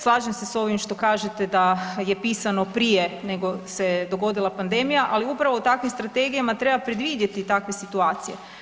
Slažem se s ovim što kažete da je pisano prije nego se dogodila pandemija, ali upravo u takvim strategijama treba predvidjeti takve situacije.